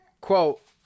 quote